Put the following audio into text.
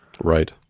right